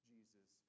Jesus